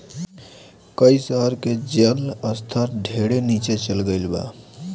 कई शहर के जल स्तर ढेरे नीचे चल गईल बा